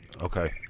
okay